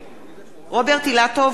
נגד